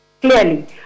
clearly